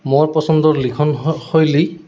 মোৰ পচন্দৰ লিখন শৈলী